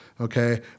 okay